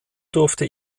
durfte